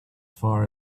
far